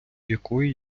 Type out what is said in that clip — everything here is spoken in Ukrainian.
якої